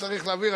צריך להבין,